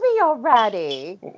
already